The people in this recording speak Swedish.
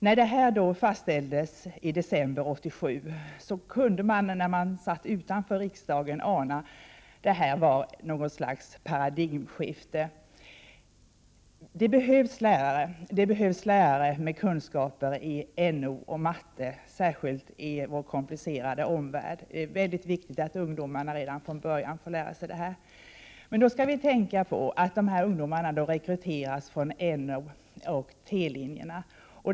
När beslutet fattades i december 1987 kunde man, utanför riksdagen, ana att det var något slags paradigmskifte. Det behövs lärare, lärare med kunskaper i naturorienterade ämnen och matematik, särskilt i vår komplicerade omvärld. Det är mycket viktigt att ungdomarna redan från början får dessa kunskaper. Men vi skall tänka på att de elever det här är fråga om rekryteras från N och T-linjerna.